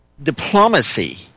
Diplomacy